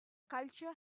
culture